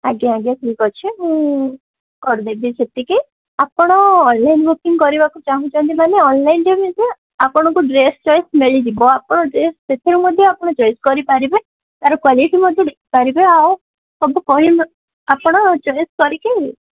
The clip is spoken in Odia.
ଆଜ୍ଞା ଆଜ୍ଞା ଠିକ୍ ଅଛି ମୁଁ କରିଦେବି ସେତିକି ଆପଣ ଅନଲାଇନ୍ ବୁକିଂ କରିବାକୁ ଚାହୁଁଛନ୍ତି ମାନେ ଅନଲାଇନ୍ ଜିନିଷ ଆପଣଙ୍କୁ ଡ୍ରେସ୍ ଚଏସ୍ ମିଳିଯିବ ଆପଣ ଡ୍ରେସ୍ ସେଥିରୁ ମଧ୍ୟ ଆପଣ ଚଏସ୍ କରିପାରିବେ ତାର କ୍ୱାଲିଟି ମଧ୍ୟ ଦେଖି ପାରିବେ ଆଉ ସବୁ ଆପଣ ଚଏସ୍ କରିକି